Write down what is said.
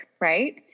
right